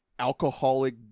alcoholic